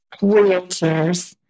Wheelchairs